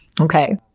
Okay